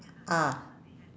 ah